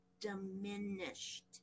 diminished